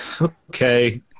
okay